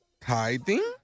Tithing